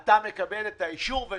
אתה מקבל את האישור ונכנס.